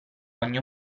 ogni